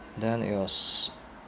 then it was